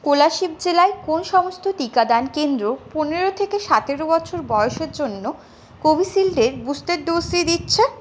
কোলাশিব জেলায় কোন সমস্ত টিকাদান কেন্দ্র পনেরো থেকে সতেরো বছর বয়সের জন্য কোভিশিল্ড এর বুস্টার ডোজটি দিচ্ছে